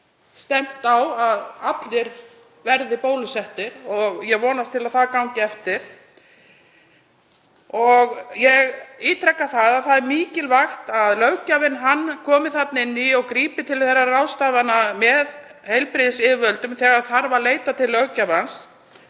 stefnt á að allir verði bólusettir og ég vonast til að það gangi eftir. Ég ítreka að það er mikilvægt að löggjafinn komi þarna inn í og grípi til ráðstafana með heilbrigðisyfirvöldum þegar þarf að leita til löggjafans.